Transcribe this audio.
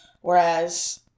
Whereas